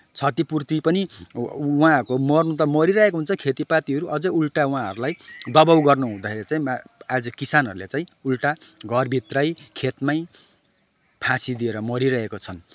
क्षतिपूर्ति पनि उहाँहरूको मर्न त मरिरहेको हुन्छ खेतीपातीहरू अझै उल्टा उहाँहरूलाई दबाउ गर्ने हुँदाखेरि चाहिँ आज किसानहरूले चाहिँ उल्टा घरभित्रै खेतमै फाँसी दिएर मरिरहेका छन्